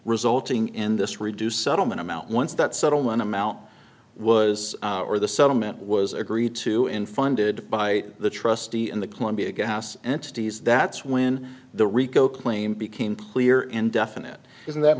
resulting in this reduced settlement amount once that settlement amount was or the settlement was agreed to in funded by the trustee in the columbia house entities that's when the rico claim became clear indefinite isn't that